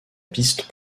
piste